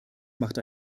macht